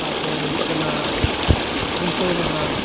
ᱛᱟᱯᱚᱨ ᱦᱩᱭᱩᱜᱠᱟᱱᱟ ᱠᱷᱩᱱᱴᱟ ᱣ ᱢᱟᱦᱟ